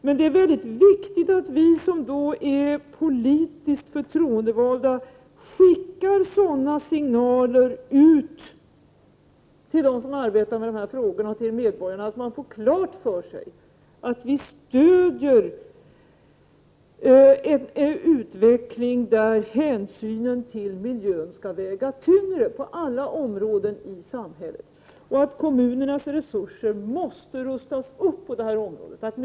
Men det är mycket viktigt att vi som politiskt förtroendevalda skickar sådana signaler till dem som arbetar med dessa frågor och till medborgarna så att de får klart för sig att vi stöder en utveckling i vilken hänsynen till miljön skall väga tyngre på alla områden i samhället. Kommunernas resurser på det här området måste rustas upp.